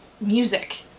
music